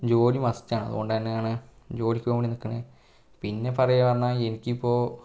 ജോലി മസ്റ്റാണ് അതുകൊണ്ടുതന്നെയാണ് ജോലിക്കു പോകാൻ നിൽക്കണേ പിന്നെ പറയുകയാണേ എനിക്കിപ്പോൾ